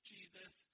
Jesus